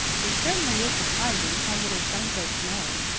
it certainly is surprising how little some folks know.